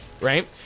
right